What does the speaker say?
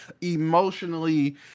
emotionally